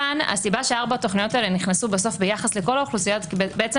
כאן הסיבה שארבע התוכניות האלה נכנסו בסוף ביחס לכל האוכלוסיות כי בעצם